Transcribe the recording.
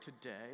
today